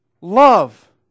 love